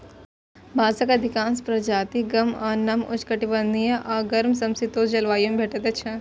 बांसक अधिकांश प्रजाति गर्म आ नम उष्णकटिबंधीय आ गर्म समशीतोष्ण जलवायु मे भेटै छै